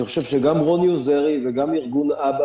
אני חושב שגם רוני עוזרי וגם ארגון אב"א